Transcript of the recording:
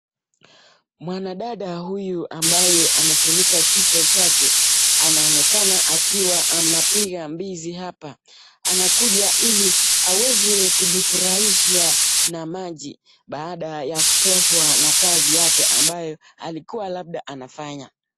Mwanadada huyu ambaye amefunika kichwa chake anaonekana akiwa anapiga mbizi hapa. Anakuja ili aweze kujifurahisha na maji baada ya kuchoshwa na kazi yake ambayo alikuwa labda anafanya.